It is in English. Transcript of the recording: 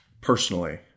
Personally